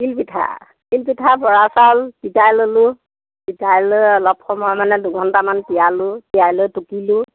তিল পিঠা তিল পিঠা বৰা চাউল তিতাই ল'লোঁ তিতাই লৈ অলপ সময় মানে দুঘণ্টামান তিয়ালোঁ তিয়াই লৈ টুকিলোঁ